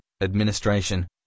administration